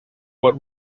what